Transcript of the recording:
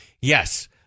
yes